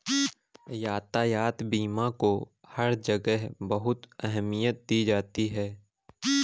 यातायात बीमा को हर जगह बहुत अहमियत दी जाती है